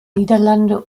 niederlande